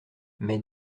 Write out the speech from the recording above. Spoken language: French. mais